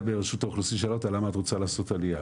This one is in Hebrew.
ברשות האוכלוסין שאלה אותה למה את רוצה לעשות עלייה,